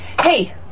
Hey